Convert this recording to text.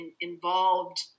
involved